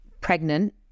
pregnant